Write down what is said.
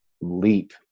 leap